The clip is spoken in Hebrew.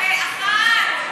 אחת.